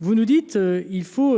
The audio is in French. Vous nous dites : il faut